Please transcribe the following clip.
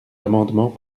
amendements